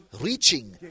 reaching